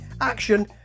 Action